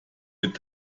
mit